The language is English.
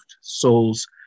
souls